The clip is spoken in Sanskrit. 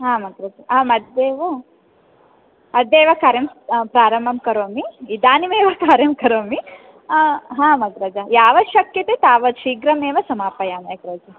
आम् अग्रज अहम् अद्यैव अद्यैव कार्यं प्रारम्भं करोमि इदानीमेव कार्यं करोमि हा हा अग्रज यावत् शक्यते तावत् शीघ्रमेव समापयामि अग्रज